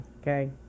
okay